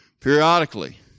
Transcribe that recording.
periodically